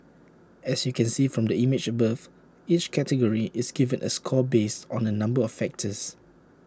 as you can see from the image above each category is given A score based on A number of factors